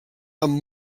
amb